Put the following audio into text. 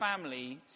family